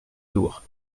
door